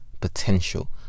potential